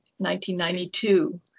1992